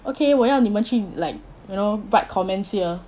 okay 我你们去 like you know write comments here